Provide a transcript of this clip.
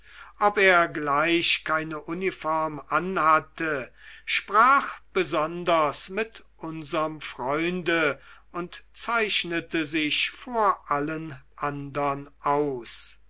ob er gleich keine uniform anhatte sprach besonders mit unserm freunde und zeichnete sich vor allen andern aus